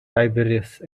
tiberius